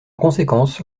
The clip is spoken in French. conséquence